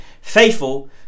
faithful